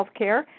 healthcare